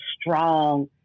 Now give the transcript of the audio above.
strong